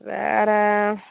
வேறு